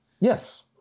Yes